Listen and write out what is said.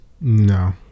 No